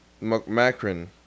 Macron